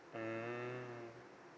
mmhmm